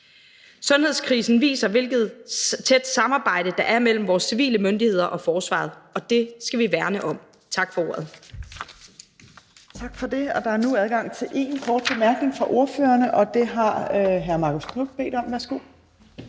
Sundhedskrisen viser, hvilket tæt samarbejde der er mellem vores civile myndigheder og forsvaret, og det skal vi værne om. Tak for ordet.